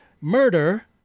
Murder